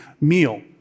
meal